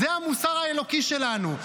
זה המוסר האלוקי שלנו.